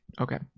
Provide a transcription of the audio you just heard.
Okay